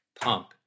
pump